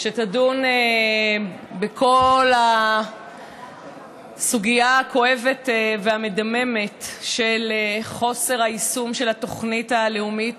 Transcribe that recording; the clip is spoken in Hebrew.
שתדון בכל הסוגיה הכואבת והמדממת של חוסר היישום של התוכנית הלאומית